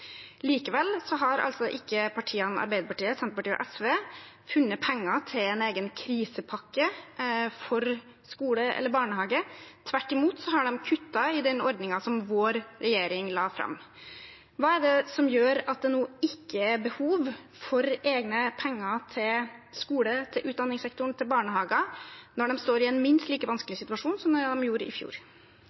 Likevel har altså ikke partiene Arbeiderpartiet, Senterpartiet og SV funnet penger til en egen krisepakke for skole eller barnehage. Tvert imot har de kuttet i den ordningen vår regjering la fram. Hva er det som gjør at det nå ikke er behov for egne penger til skole, utdanningssektoren og barnehager, når de står i en minst like vanskelig situasjon som i fjor? Det